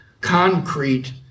concrete